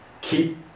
keep